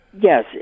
yes